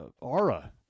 aura